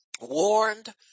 warned